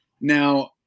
Now